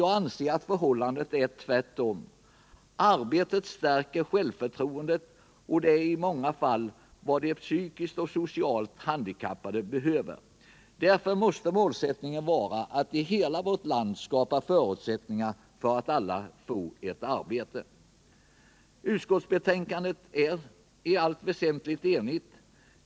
Jag anser att det är tvärtom. Arbetet stärker självförtroendet, och i många fall är det just vad de psykiskt och socialt handikappade behöver. Därför måste målsättningen vara att i hela vårt land skapa förutsättningar för att alla kan få ett arbete. Utskottets betänkande är i allt väsentligt enigt.